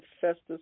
Festus